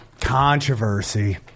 Controversy